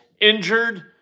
injured